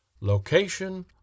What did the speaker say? Location